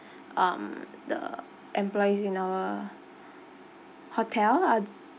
um the employees in our hotel ah